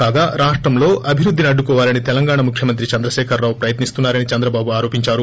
కాగా రాష్టంలో అభివృద్దిని అడ్డుకోవాలని తెలంగాణ ముఖ్యమంత్రి చంద్రకేఖర రావు ప్రయత్నిస్తున్నారని చంద్రబాబు ఆరోపించారు